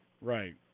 Right